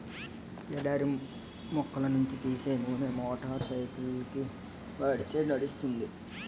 ఎడారి మొక్కల నుంచి తీసే నూనె మోటార్ సైకిల్కి వాడితే నడుస్తుంది